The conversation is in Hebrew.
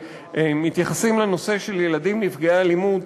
ומתייחסים לנושא של ילדים נפגעי אלימות,